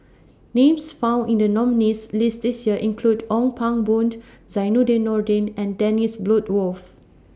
Names found in The nominees' list This Year include Ong Pang Boon Zainudin Nordin and Dennis Bloodworth